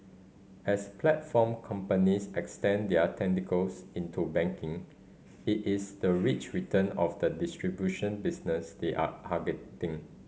as platform companies extend their tentacles into banking it is the rich return of the distribution business they are targeting